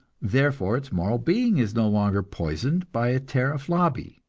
therefore its moral being is no longer poisoned by a tariff-lobby.